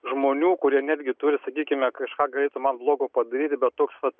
žmonių kurie netgi turi sakykime kažką galėtų man blogo padaryti bet toks vat